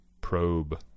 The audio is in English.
probe